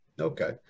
okay